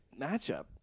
matchup